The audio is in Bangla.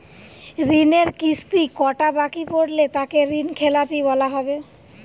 ঋণের কিস্তি কটা বাকি পড়লে তাকে ঋণখেলাপি বলা হবে?